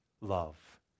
love